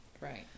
Right